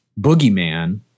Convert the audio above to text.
boogeyman